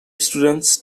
students